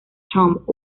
trump